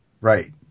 Right